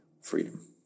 freedom